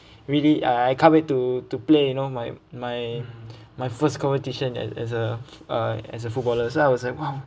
really uh I can't wait to to play you know my my my first competition and as a as a footballer so I was like !wow!